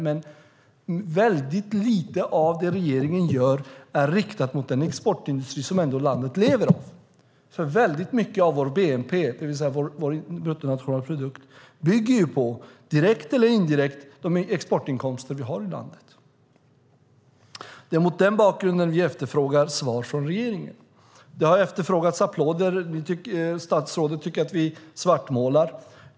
Men väldigt lite av det regeringen gör är riktat mot den exportindustri som landet ändå lever av. Väldigt mycket av vår bruttonationalprodukt bygger ju på, direkt eller indirekt, de exportinkomster vi har i landet. Det är mot den bakgrunden vi efterfrågar svar från regeringen. Det har efterfrågats applåder. Statsrådet tycker att vi svartmålar.